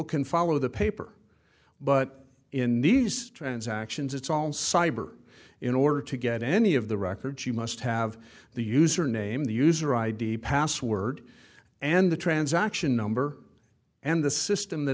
can follow the paper but in these transactions it's all in cyber in order to get any of the records you must have the user name the user id password and the transaction number and the system that